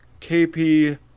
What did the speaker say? KP